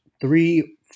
three